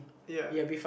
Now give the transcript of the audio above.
ya